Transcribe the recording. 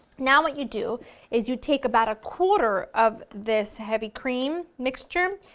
now what you do is you take about a quarter of this heavy cream mixture,